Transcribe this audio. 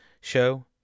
show